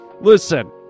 listen